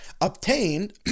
obtained